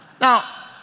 Now